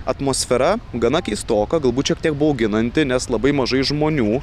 atmosfera gana keistoka galbūt šiek tiek bauginanti nes labai mažai žmonių